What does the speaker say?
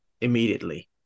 immediately